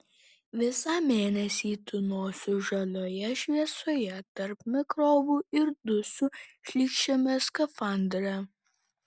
visą mėnesį tūnosiu žalioje šviesoje tarp mikrobų ir dusiu šlykščiame skafandre